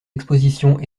expositions